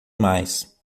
mais